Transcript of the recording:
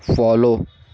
follow